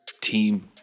team